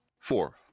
Four